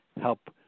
help